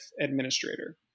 administrator